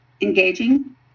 engaging